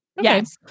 Yes